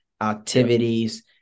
activities